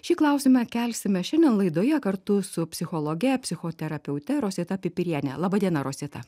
šį klausimą kelsime šiandien laidoje kartu su psichologe psichoterapeute rosita pipiriene laba diena rosita